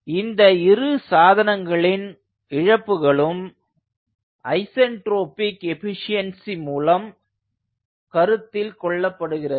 இந்த இரு சாதனங்களின் இழப்புகளும் ஐசென்ட்ரோபிக் எஃபீஷியன்ஸி மூலம் கருத்தில் கொள்ளப்படுகிறது